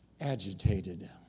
agitated